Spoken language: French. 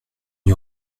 n’y